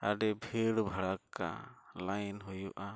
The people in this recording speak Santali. ᱟᱹᱰᱤ ᱵᱷᱤᱲ ᱵᱷᱟᱲᱟᱠᱠᱟ ᱦᱩᱭᱩᱜᱼᱟ